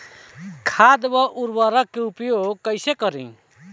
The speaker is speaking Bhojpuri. खाद व उर्वरक के उपयोग कईसे करी?